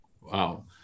Wow